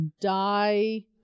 die